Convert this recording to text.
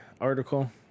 article